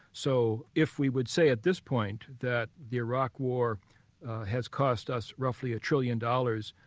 so, if we would say at this point, that the iraq war has cost us roughly a trillion dollars,